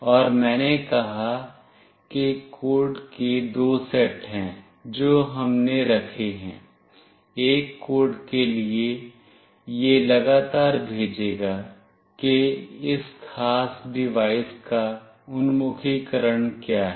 और मैंने कहा कि कोड के दो सेट हैं जो हमने रखे हैं एक कोड के लिए यह लगातार भेजेगा कि इस ख़ास डिवाइस का उन्मुखीकरण क्या है